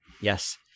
Yes